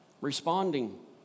Responding